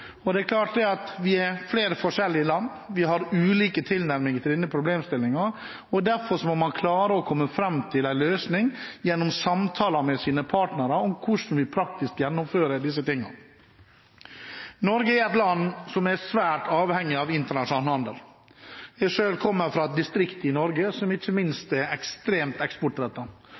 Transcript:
klart at vi er flere forskjellige land, vi har ulike tilnærminger til denne problemstillingen, og derfor må man klare å komme fram til en løsning gjennom samtaler med sine partnere om hvordan vi praktisk gjennomfører disse tingene. Norge er et land som er svært avhengig av internasjonal handel. Selv kommer jeg fra et distrikt i Norge som ikke minst er ekstremt eksportrettet.